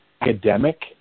academic